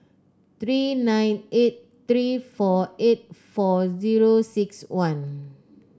three nine eight three four eight four zero six one